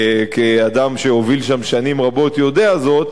כאדם שהוביל שם שנים רבות, יודע זאת.